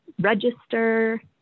register